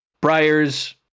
briar's